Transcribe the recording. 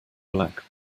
black